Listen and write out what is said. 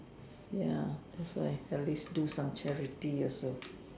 ya that's why at least do some charity also